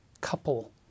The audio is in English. couple